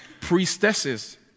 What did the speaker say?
priestesses